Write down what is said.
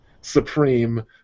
supreme